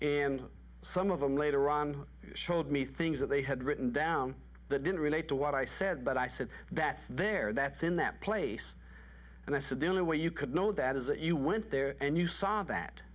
and some of them later on showed me things that they had written down that didn't relate to what i said but i said that's there that's in that place and i said the only way you could know that is that you went there and you saw that